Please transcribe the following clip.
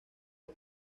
uno